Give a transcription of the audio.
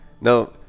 Now